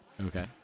Okay